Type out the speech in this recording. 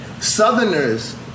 Southerners